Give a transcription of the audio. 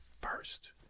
first